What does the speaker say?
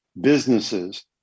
businesses